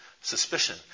suspicion